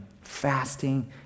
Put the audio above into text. fasting